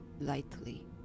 Lightly